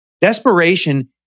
Desperation